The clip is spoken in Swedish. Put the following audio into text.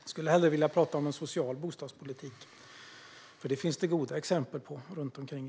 Jag skulle hellre vilja prata om en social bostadspolitik, för det finns det goda exempel på i världen.